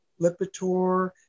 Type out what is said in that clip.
Lipitor